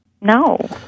No